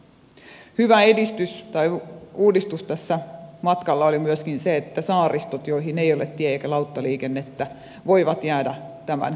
hyvä edistys tai uudistus tässä matkalla oli myöskin se että saaristot joihin ei ole tie eikä lauttaliikennettä voivat jäädä tämän kriteeristön ulkopuolelle